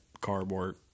cardboard